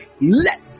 let